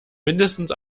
mindestens